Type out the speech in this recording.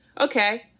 Okay